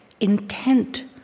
intent